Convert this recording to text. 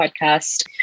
podcast